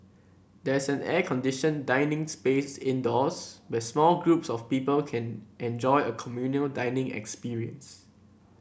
there's an air conditioned dining space indoors where small groups of people can enjoy a communal dining experience